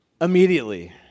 immediately